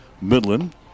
Midland